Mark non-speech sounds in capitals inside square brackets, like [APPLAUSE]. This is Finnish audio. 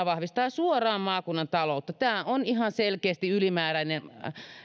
[UNINTELLIGIBLE] vahvistaa suoraan maakunnan taloutta tämä on ihan selkeästi ylimääräinen